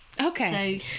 Okay